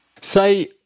Say